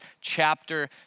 chapter